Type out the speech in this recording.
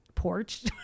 porch